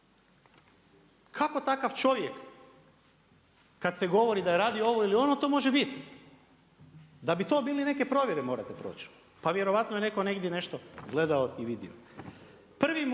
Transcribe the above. Kako takav čovjek kad se govori da radi ovo ili ono to može biti? Da bi to bili neke provjere morate proći. Pa vjerojatno je netko negdje nešto gledao i vidio.